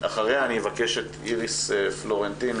אחריה אני אבקש את איריס פלורנטין,